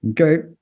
Okay